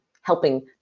helping